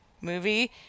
movie